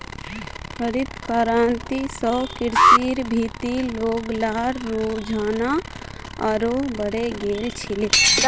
हरित क्रांति स कृषिर भीति लोग्लार रुझान आरोह बढ़े गेल छिले